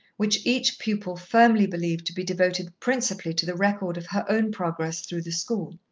which each pupil firmly believed to be devoted principally to the record of her own progress through the school.